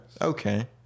Okay